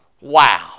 Wow